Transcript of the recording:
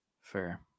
Fair